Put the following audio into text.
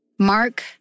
Mark